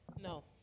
No